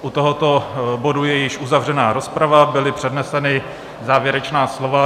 U tohoto bodu je již uzavřena rozprava, byla přednesena závěrečná slova.